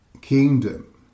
kingdom